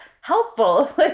helpful